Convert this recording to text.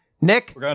Nick